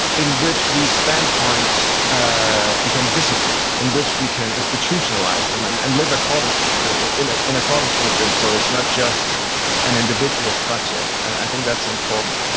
in which these standpoints ah become visible, in which we can institutionalize them and and live in ah in accordance with them so it's not just an individual project. i think that's important.